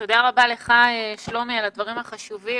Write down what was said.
שלומי, תודה רבה לך על הדברים החשובים.